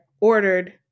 ordered